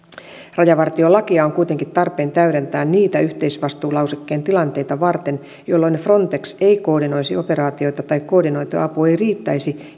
rajavartiolakia on kuitenkin tarpeen täydentää niitä yhteisvastuulausekkeen tilanteita varten jolloin frontex ei koordinoisi operaatiota tai koordinoitu apu ei riittäisi